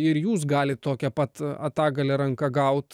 ir jūs galit tokią pat atagalia ranka gaut